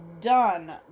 done